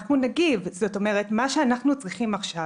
מה שאנחנו צריכים עכשיו